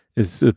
is it?